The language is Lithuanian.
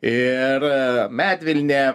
ir medvilnė